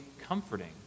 comforting